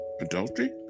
adultery